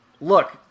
Look